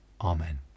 Amen